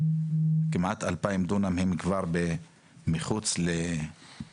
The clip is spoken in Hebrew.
כמעט 2,000 דונם הם כבר מחוץ לשטח,